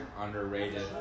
underrated